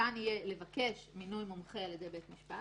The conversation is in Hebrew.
ניתן יהיה לבקש מינוי מומחה על ידי בית משפט,